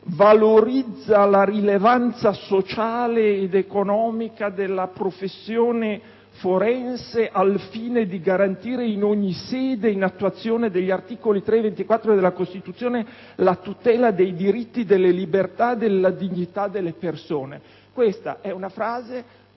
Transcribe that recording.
«valorizza la rilevanza sociale ed economica della professione forense al fine di garantire in ogni sede, in attuazione degli articoli 3 e 24 della Costituzione, la tutela dei diritti, delle libertà e della dignità delle persone»? Questa è una frase